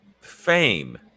fame